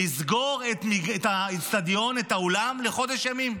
לסגור את האולם לחודש ימים.